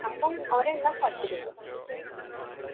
അപ്പം ഒരെണ്ണം പത്ത് രൂപ